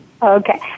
Okay